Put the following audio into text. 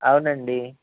అవునండి